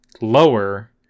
lower